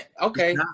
Okay